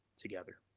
together.